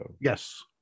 Yes